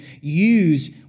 use